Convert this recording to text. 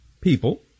people